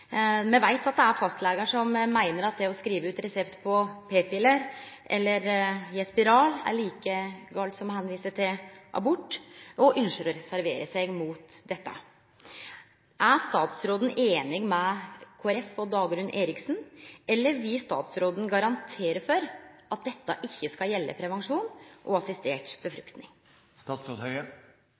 Det er fastleger som mener at å skrive ut resept på f.eks. spiral og p-piller er like galt som å henvise til abort, og vil ønske å reservere seg. Er statsråden enig med Dagrun Eriksen, eller vil han garantere for at det ikke skal gjelde prevensjon og assistert